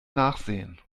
nachsehen